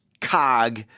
cog